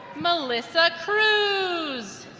melissa cruz